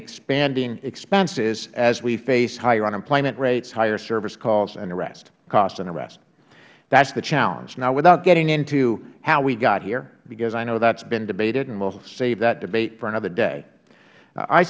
expanding expenses as we face higher unemployment rates higher service calls and the rest costs and the rests that is the challenge now without getting into how we got here because i know that has been debated and we will save that debate for another day i